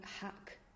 hack